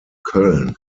köln